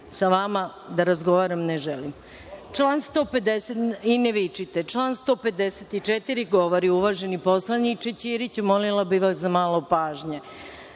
Sa vama da razgovaram ne želim. Član 154. govori, uvaženi poslaniče Ćirić, molila bih vas za malo pažnje: